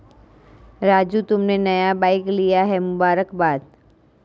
राजू तुमने नया बाइक लिया है मुबारकबाद